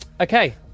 okay